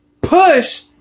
push